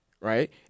Right